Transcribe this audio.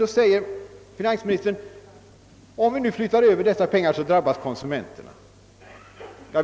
Då säger finansministern, att om vi inför mervärdeskatt då drabbas konsumenterna.